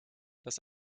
das